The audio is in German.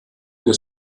des